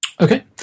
Okay